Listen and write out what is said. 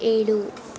ಏಳು